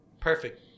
perfect